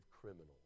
criminals